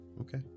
Okay